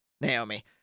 Naomi